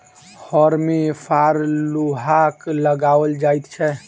हर मे फार लोहाक लगाओल जाइत छै